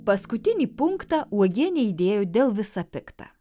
paskutinį punktą uogienei idėjo dėl visa pikta